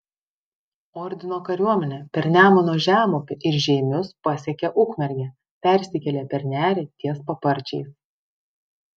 ordino kariuomenė per nemuno žemupį ir žeimius pasiekė ukmergę persikėlė per nerį ties paparčiais